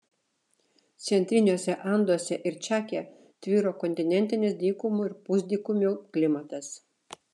centriniuose anduose ir čake tvyro kontinentinis dykumų ir pusdykumių klimatas